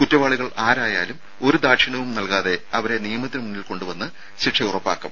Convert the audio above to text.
കുറ്റവാളികൾ ആരായാലും ഒരു ദാക്ഷിണ്യവും നൽകാതെ അവരെ നിയമത്തിന് മുന്നിൽ കൊണ്ടുവന്ന് ശിക്ഷ ഉറപ്പാക്കും